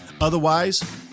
Otherwise